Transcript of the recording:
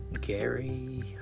Gary